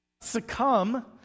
Succumb